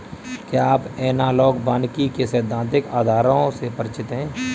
क्या आप एनालॉग वानिकी के सैद्धांतिक आधारों से परिचित हैं?